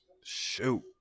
Shoot